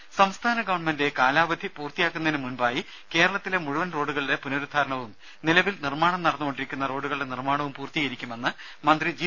രദേശ സംസ്ഥാന ഗവൺമെന്റ് കാലാവധി പൂർത്തിയാക്കുന്നതിന് മുൻപായി കേരളത്തിലെ മുഴുവൻ റോഡുകളുടെ പുനരുദ്ധാരണവും നിലവിൽ നിർമ്മാണം നടന്നുകൊണ്ടിരിക്കുന്ന റോഡുകളുടെ നിർമ്മാണവും പൂർത്തീകരിക്കുമെന്ന് മന്ത്രി ജി